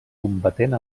combatent